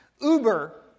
Uber